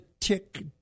tick